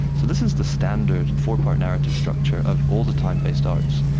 so this is the standard four-part narrative structure of all the time-based arts,